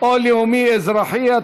כולל הקול של השרה גמליאל,